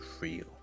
real